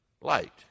light